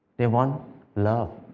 they want love,